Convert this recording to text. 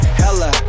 hella